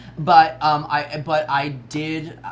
but um i but i did,